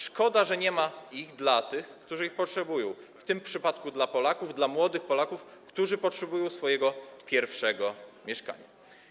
Szkoda, że nie ma ich dla tych, którzy ich potrzebują, w tym przypadku dla Polaków, dla młodych Polaków, którzy potrzebują swojego pierwszego mieszkania.